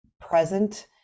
present